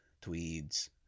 tweeds